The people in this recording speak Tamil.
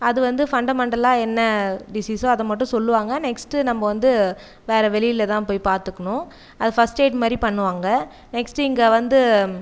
அது வந்து ஃபண்டமென்டலாக என்ன டிசீஸோ அதை மட்டும் சொல்லுவாங்கள் நெக்ஸ்ட்டு நம்ம வந்து வேறு வெளியில் தான் போய் பார்த்துக்கணும் ஃபர்ஸ்ட் எயிட் மாதிரி பண்ணுவாங்கள் நெக்ஸ்ட் இங்கே வந்து